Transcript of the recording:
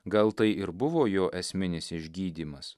gal tai ir buvo jo esminis išgydymas